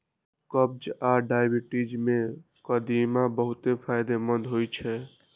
कब्ज आ डायबिटीज मे कदीमा बहुत फायदेमंद होइ छै